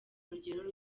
urugero